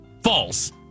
False